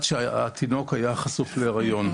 שהתינוק היה חשוף לאלכוהול בהיריון.